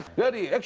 body.